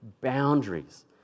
boundaries